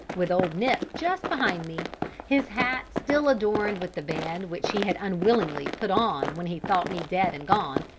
with old nip just behind me his hat still adorned with the band which he had unwillingly put on when he thought me dead and gone,